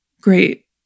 great